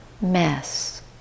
mess